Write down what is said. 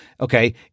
Okay